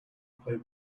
play